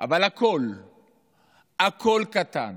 אבל הכול הכול קטן